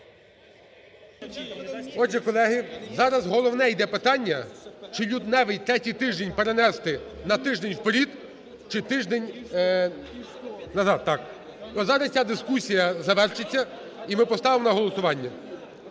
Отже, колеги, зараз головне йде питання: чи лютневий третій тиждень перенести на тиждень вперед чи тиждень назад. Зараз ця дискусія завершиться, і ми поставимо на голосування.